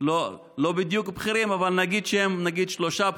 לא בדיוק בכירים אבל נגיד שהם שלושה בכירים,